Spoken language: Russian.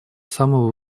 самого